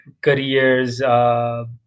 careers